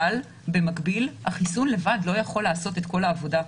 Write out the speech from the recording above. אבל במקביל החיסון לבד לא יכול לעשות את כל העבודה.